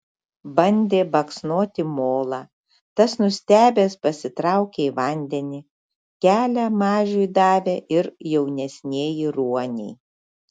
bandė baksnoti molą tas nustebęs pasitraukė į vandenį kelią mažiui davė ir jaunesnieji ruoniai